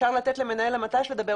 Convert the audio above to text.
אפשר לתת למנהל המט"ש לדבר,